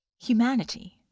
Humanity